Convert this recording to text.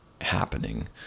happening